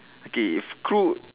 okay if crew